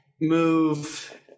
move